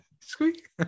squeak